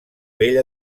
bell